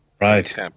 right